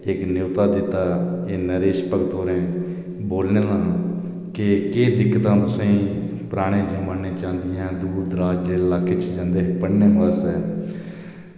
इक न्योता दित्ता एह् नरेशा भगत होरैं बोलने दा के केह् दिक्कतां तुसेंई पराने जमाने च औंदियां दूर दराज दे इलाके च जन्दे हे पढ़ने आस्तै